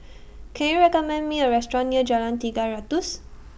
Can YOU recommend Me A Restaurant near Jalan Tiga Ratus